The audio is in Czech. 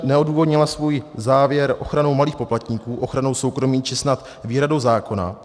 Většina neodůvodnila svůj závěr ochranou malých poplatníků, ochranou soukromí či snad výhradou zákona.